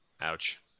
Ouch